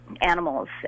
Animals